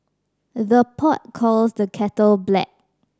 the pot calls the kettle black